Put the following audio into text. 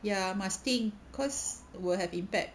ya must think cause will have impact